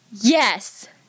Yes